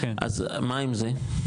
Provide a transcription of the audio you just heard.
אז מה עם זה?